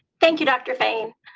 thank you, dr. fain.